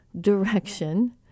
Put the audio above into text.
direction